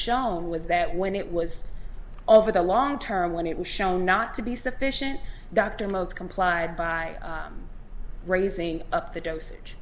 shown was that when it was over the long term when it was shown not to be sufficient dr moats complied by raising up the dosage